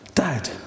Dad